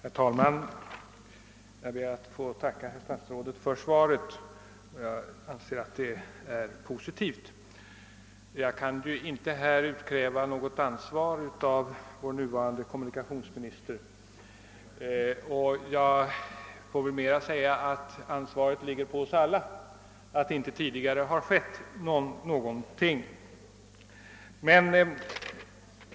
Herr talman! Jag ber att få tacka statsrådet för det positiva svaret. Jag kan naturligtvis inte utkräva något ansvar av vår nuvarande kommunikationsminister — ansvaret vilar på oss alla för att ingenting tidigare gjorts.